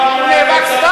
הוא נאבק סתם?